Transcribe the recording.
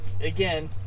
again